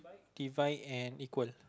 divide and equal